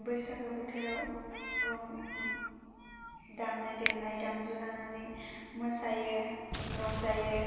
बैसागु बोथोराव दामनाय देनाय दामजु लानानै मोसायो रंजायो